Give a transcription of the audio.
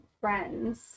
friends